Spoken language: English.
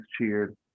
cheered